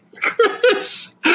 Chris